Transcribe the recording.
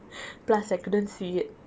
plus I couldn't see it